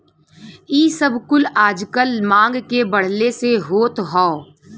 इ सब कुल आजकल मांग के बढ़ले से होत हौ